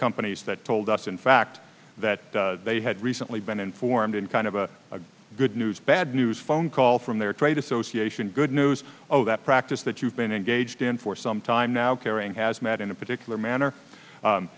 companies that told us in fact that they had recently been informed in kind of a good news bad news phone call from their trade association good news oh that practice that you've been engaged in for some time now caring has met in a particular manner